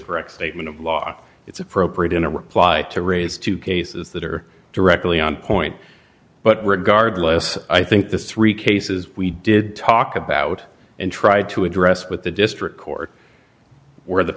correct statement of law it's appropriate in a reply to raise two cases that are directly on point but regardless i think this three cases we did talk about and tried to address with the district court or the